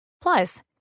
Plus